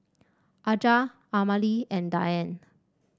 Aja Amalie and Dianne